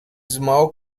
small